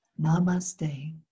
Namaste